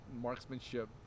marksmanship